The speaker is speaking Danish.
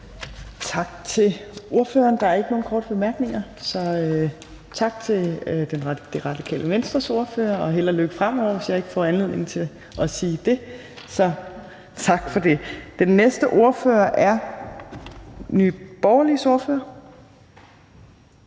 Tak til ordføreren. Der er ikke nogen korte bemærkninger. Så tak til Radikale Venstres ordfører – og held og lykke fremover, hvis jeg ikke skulle få anledning til at sige det senere. Så tak for det. Den næste ordfører er Nye Borgerliges ordfører